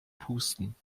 pusten